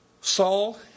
Saul